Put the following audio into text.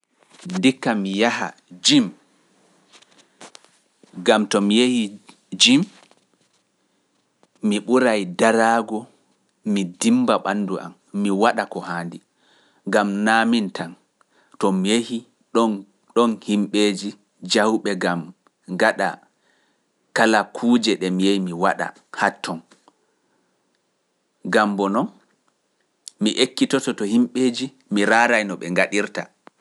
Ndikka mi yaha Gym ngam to mi yahii gym mi ɓuray daraago mi dimmba ɓanndu am, mi waɗa ko haandi, ngam naa miin tan, to mi yahii, ɗon, ɗon himɓeeji, jahuɓe ngam ngaɗa kala kuuje ɗe mi yahi mi waɗa haa ton, ngam boo non, mi ekkitoto to himɓeeji, mi raaray no ɓe ngaɗirta.